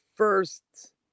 First